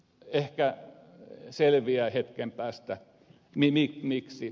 ehkä selviää hetken päästä miksi